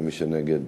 ומי שנגד,